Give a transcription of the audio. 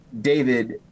David